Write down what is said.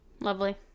Lovely